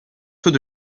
ceux